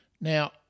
Now